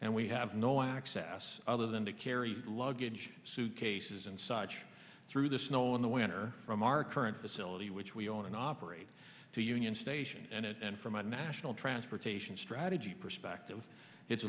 and we have no access other than to carry luggage suitcases and such through the snow in the winter from our current facility which we own and operate to union station and from a national transportation strategy perspective it's